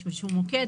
יש מוקד,